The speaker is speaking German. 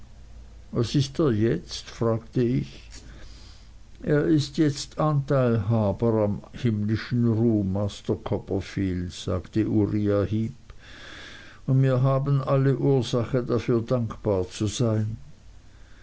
was ist er jetzt fragte ich er ist jetzt anteilhaber am himmlischen ruhm master copperfield sagte uriah heep und mir haben alle ursache dafür dankbar zu sein